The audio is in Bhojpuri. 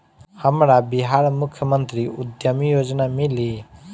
हमरा बिहार मुख्यमंत्री उद्यमी योजना मिली?